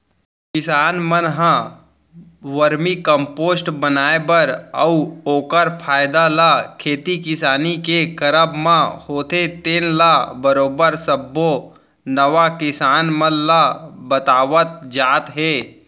किसान मन ह वरमी कम्पोस्ट बनाए बर अउ ओखर फायदा ल खेती किसानी के करब म होथे तेन ल बरोबर सब्बो नवा किसान मन ल बतावत जात हे